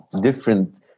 different